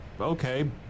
okay